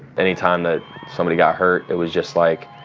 any time that somebody got hurt, it was just like,